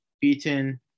beaten